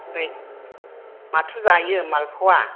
ओमफ्राय माथो जायो मालपवा